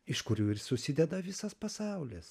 iš kurių ir susideda visas pasaulis